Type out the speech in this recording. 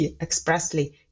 expressly